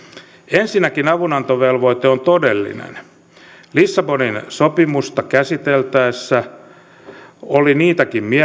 ensinnäkin avunantovelvoite on todellinen lissabonin sopimusta käsiteltäessä oli niitäkin mielipiteitä